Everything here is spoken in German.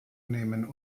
nehmen